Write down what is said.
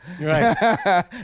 Right